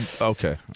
Okay